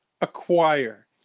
Acquire